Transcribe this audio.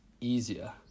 easier